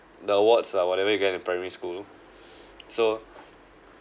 the awards ah whatever you get in primary school so